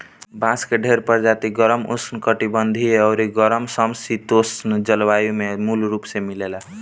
बांस के ढेरे प्रजाति गरम, उष्णकटिबंधीय अउरी गरम सम शीतोष्ण जलवायु में मूल रूप से मिलेला